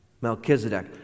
Melchizedek